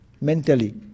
mentally